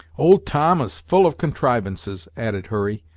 old tom is full of contrivances, added hurry,